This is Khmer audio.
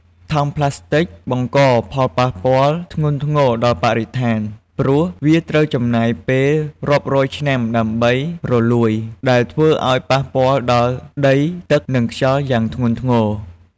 ថង់ប្លាស្ទិកបង្កផលប៉ះពាល់ធ្ងន់ធ្ងរដល់បរិស្ថាន ព្រោះវាត្រូវចំណាយពេលរាប់រយឆ្នាំដើម្បីរលួយ ដែលធ្វើឲ្យប៉ះពាល់ដល់ដី ទឹក និងខ្យល់យ៉ាងធ្ងន់ធ្ងរ។